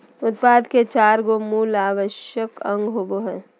उत्पादन के चार गो मूल आवश्यक अंग होबो हइ